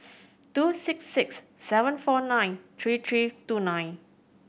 two six six seven four nine three three two nine